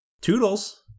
Toodles